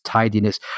tidiness